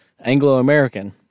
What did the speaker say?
Anglo-American